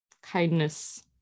kindness